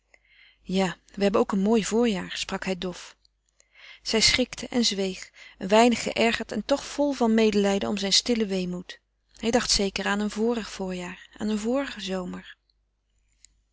ja we hebben ook een mooi voorjaar sprak hij dof zij schrikte en zweeg een weinig geërgerd en toch vol van medelijden om zijn stillen weemoed hij dacht zeker aan een vorig voorjaar aan een vorigen zomer